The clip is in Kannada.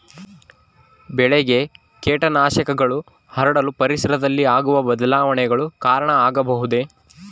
ಬೆಳೆಗೆ ಕೇಟನಾಶಕಗಳು ಹರಡಲು ಪರಿಸರದಲ್ಲಿ ಆಗುವ ಬದಲಾವಣೆಗಳು ಕಾರಣ ಆಗಬಹುದೇ?